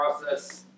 process